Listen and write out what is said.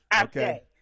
Okay